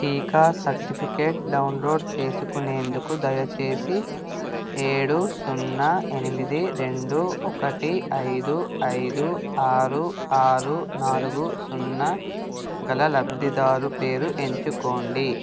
టీకా certificate download చేసుకునేందుకు దయచేసి ఏడు సున్నా ఎనిమిది రెండు ఒకటి ఐదు ఐదు ఆరు ఆరు నాలుగు సున్నా గల లబ్ధిదారు పేరు ఎంచుకోండి